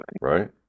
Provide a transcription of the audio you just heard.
right